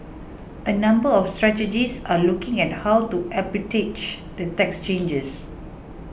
a number of strategists are looking at how to the tax changes